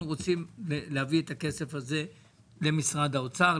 רוצים להביא את הכסף הזה למשרד האוצר,